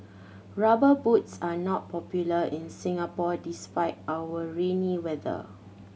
Rubber Boots are not popular in Singapore despite our rainy weather